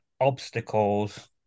obstacles